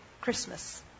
Christmas